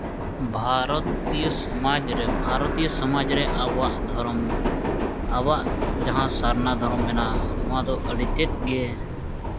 ᱵᱷᱟᱨᱚᱛᱤᱭᱚ ᱥᱚᱢᱟᱡᱽ ᱨᱮ ᱵᱷᱟᱨᱚᱛᱤᱭᱚ ᱥᱚᱢᱟᱡᱽ ᱨᱮ ᱟᱵᱚᱣᱟ ᱫᱷᱚᱨᱚᱢ ᱟᱵᱚᱣᱟᱜ ᱡᱟᱦᱟᱱ ᱥᱟᱨᱱᱟ ᱫᱷᱚᱨᱚᱢ ᱢᱮᱱᱟᱜᱼᱟ ᱱᱚᱣᱟ ᱫᱚ ᱟᱹᱰᱤᱛᱮᱫ ᱜᱮ